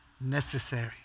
necessary